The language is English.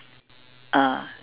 ah